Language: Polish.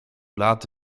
lat